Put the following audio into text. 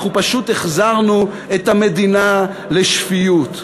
אנחנו פשוט החזרנו את המדינה לשפיות.